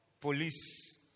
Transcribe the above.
police